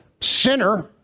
sinner